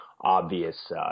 obvious